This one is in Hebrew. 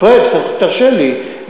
פריג', תרשה לי.